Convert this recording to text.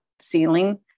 ceiling